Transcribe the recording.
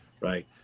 right